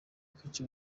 akenshi